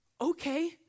Okay